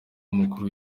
w’umukuru